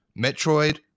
Metroid